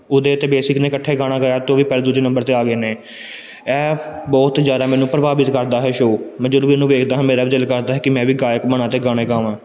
ਉਦੇ ਅਤੇ ਬੇਸਿਕ ਨੇ ਇਕੱਠੇ ਗਾਣਾ ਗਾਇਆ ਅਤੇ ਉਹ ਵੀ ਪਹਿਲੇ ਦੂਜੇ ਨੰਬਰ 'ਤੇ ਆ ਗਏ ਨੇ ਇਹ ਬਹੁਤ ਜ਼ਿਆਦਾ ਮੈਨੂੰ ਪ੍ਰਭਾਵਿਤ ਕਰਦਾ ਹੈ ਸ਼ੋ ਮੈਂ ਜਦੋਂ ਵੀ ਇਹਨੂੰ ਵੇਖਦਾ ਹਾਂ ਮੇਰਾ ਵੀ ਦਿਲ ਕਰਦਾ ਹੈ ਕਿ ਮੈਂ ਵੀ ਗਾਇਕ ਬਣਾ ਅਤੇ ਗਾਣੇ ਗਾਵਾਂ